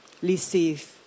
receive